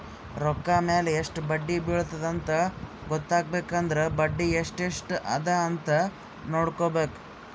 ರೊಕ್ಕಾ ಮ್ಯಾಲ ಎಸ್ಟ್ ಬಡ್ಡಿ ಬಿಳತ್ತುದ ಅಂತ್ ಗೊತ್ತ ಆಗ್ಬೇಕು ಅಂದುರ್ ಬಡ್ಡಿ ಎಸ್ಟ್ ಎಸ್ಟ್ ಅದ ಅಂತ್ ನೊಡ್ಕೋಬೇಕ್